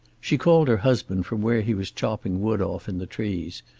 she called her husband from where he was chopping wood off in the trees,